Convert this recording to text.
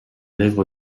lèvres